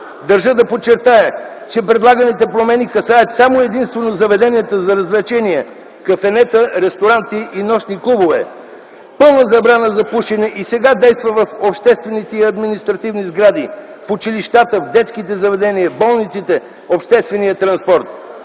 Държа да подчертая, че предлаганите промени касаят само и единствено заведенията за развлечения – кафенета, ресторанти и нощни клубове. Пълна забрана за тютюнопушене и сега действа в обществените и административни сгради, в училищата, в детските заведения, в болниците и в обществения транспорт.